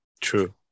True